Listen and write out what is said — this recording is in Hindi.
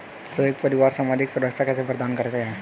संयुक्त परिवार सामाजिक सुरक्षा कैसे प्रदान करते हैं?